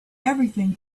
everything